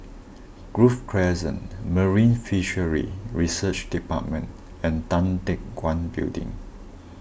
Grove Crescent Marine Fisheries Research Department and Tan Teck Guan Building